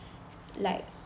like